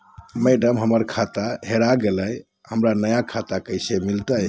madam, हमर खाता हेरा गेलई, हमरा नया खाता कैसे मिलते